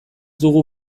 dugu